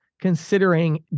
considering